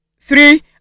Three